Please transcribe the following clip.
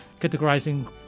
categorizing